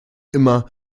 immer